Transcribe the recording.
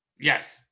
Yes